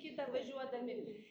kitą važiuodami